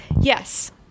yes